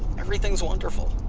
everything's wonderful,